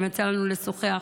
גם יצא לנו לשוחח.